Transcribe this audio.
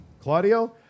Claudio